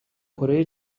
کره